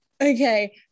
okay